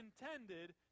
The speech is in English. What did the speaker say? intended